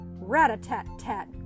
Rat-a-tat-tat